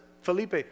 Felipe